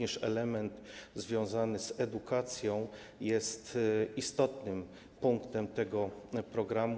Element związany z edukacją jest istotnym punktem tego programu.